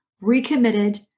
recommitted